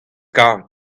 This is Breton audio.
karet